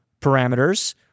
parameters